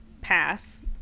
pass